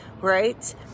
right